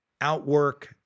outwork